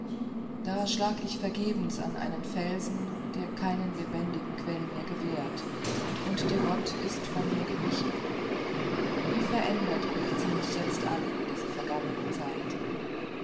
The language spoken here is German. da schlag ich vergebens an einen felsen der keinen lebendigen quell mehr gewährt und der gott ist von mir gewichen wie verändert blickt sie mich jetzt an diese vergangene zeit